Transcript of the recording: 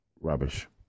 rubbish